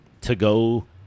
to-go